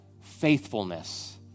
faithfulness